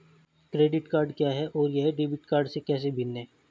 Credit card क्या है और यह डेबिट कार्ड से कैसे भिन्न है?